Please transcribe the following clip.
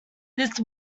this